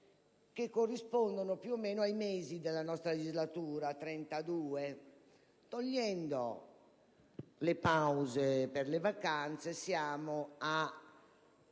che corrispondono più o meno ai mesi della nostra legislatura, che sono 32. Togliendo le pause per le vacanze, sono